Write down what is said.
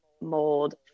mold